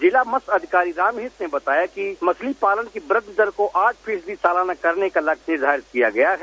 जिला मत्स्य अधिकारी रामहेत ने बताया कि मछली पालन की वृद्धि दर को आठ फीसदी सालाना करने का लक्ष्य निर्धारित किया है